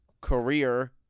career